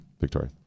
victoria